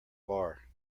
bar